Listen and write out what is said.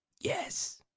Yes